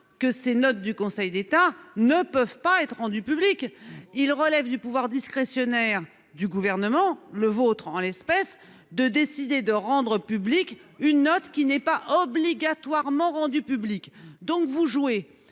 que ces notes du Conseil des. As ne peuvent pas être rendu public. Il relève du pouvoir discrétionnaire du gouvernement le vôtre en l'espèce de décider de rendre publique une note qui n'est pas obligatoirement rendue publique. Donc vous jouez